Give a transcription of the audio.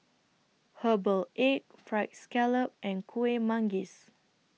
Herbal Egg Fried Scallop and Kueh Manggis